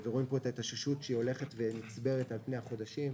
רואים פה את ההתאוששות שהולכת ונצברת על פני החודשים,